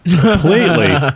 completely